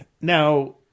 Now